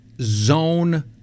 zone